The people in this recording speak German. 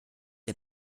der